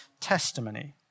testimony